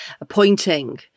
appointing